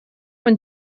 wenn